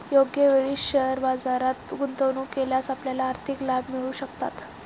योग्य वेळी शेअर बाजारात गुंतवणूक केल्यास आपल्याला आर्थिक लाभ मिळू शकतात